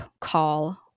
call